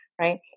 Right